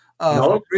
No